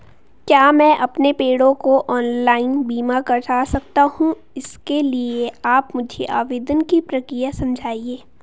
क्या मैं अपने पेड़ों का ऑनलाइन बीमा करा सकता हूँ इसके लिए आप मुझे आवेदन की प्रक्रिया समझाइए?